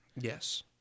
Yes